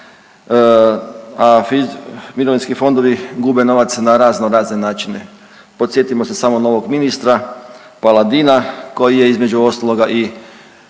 a mirovinski fondovi gube novac na raznorazne načine. Podsjetimo se samo novog ministra Paladina koji je između ostaloga i